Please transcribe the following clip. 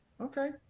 Okay